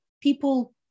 people